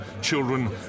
Children